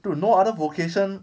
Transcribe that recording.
dude no other vocation